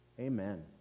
Amen